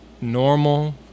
normal